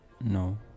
No